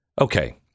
Okay